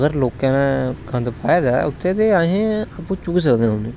अगर लोकें गंद पाए दा ऐ उत्थै ते असें आपू चुक्की सकने उसी